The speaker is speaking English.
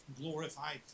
glorified